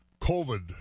COVID